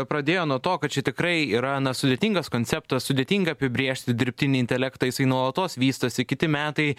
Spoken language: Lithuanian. pradėjo nuo to kad čia tikrai yra na sudėtingas konceptas sudėtinga apibrėžti dirbtinį intelektą jisai nuolatos vystosi kiti metai